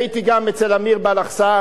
הייתי גם אצל אמיר בלחסן.